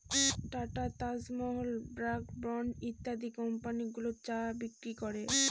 tata, Taj Mahal, Brooke Bond ইত্যাদি company গুলো চা বিক্রি করে